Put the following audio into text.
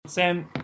Sam